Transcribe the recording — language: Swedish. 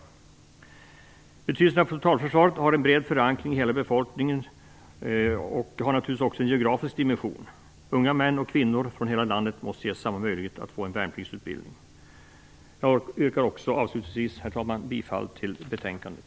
Uppfattningen om betydelsen av totalförsvaret har en bred förankring i hela befolkningen och har naturligtvis också en geografisk dimension. Unga män och kvinnor från hela landet måste ges samma möjligheter att få en värnpliktsutbildning. Herr talman! Avslutningsvis yrkar jag också bifall till utskottet hemställan.